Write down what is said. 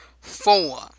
Four